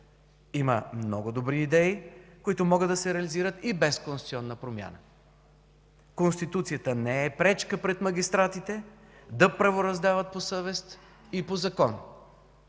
Има много добри идеи, които могат да се реализират и без конституционна промяна. Конституцията не е пречка пред магистратите да правораздават по съвест и по закон.